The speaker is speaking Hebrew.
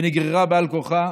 ונגררה בעל כורחה,